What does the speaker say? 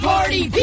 Party